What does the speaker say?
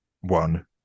one